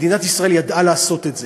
מדינת ישראל ידעה לעשות את זה.